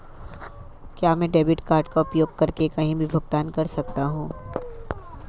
क्या मैं debit card का उपयोग करके कहीं भी भुगतान कर सकता हूं?